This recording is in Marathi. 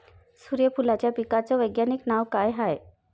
सुर्यफूलाच्या पिकाचं वैज्ञानिक नाव काय हाये?